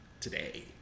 today